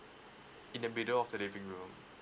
in the middle of the living room